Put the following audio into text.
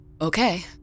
Okay